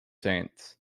saints